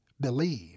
believe